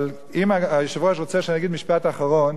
אבל אם היושב-ראש רוצה שאני אגיד משפט אחרון,